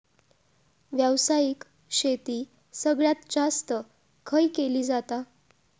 व्यावसायिक शेती सगळ्यात जास्त खय केली जाता?